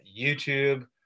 YouTube